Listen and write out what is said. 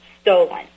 stolen